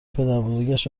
پدربزرگش